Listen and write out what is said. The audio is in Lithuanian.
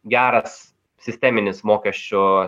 geras sisteminis mokesčių o